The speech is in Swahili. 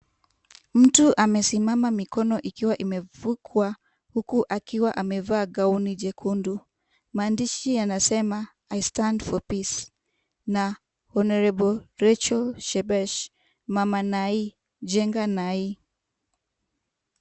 Mtu amesimama mikono ikiwa imevukwa huku akiwa amevaa gauni jekundu. Maandishi yanasema I stand for peace na honorable Rachel Shebesh mama nai jenga nai.